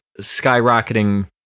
skyrocketing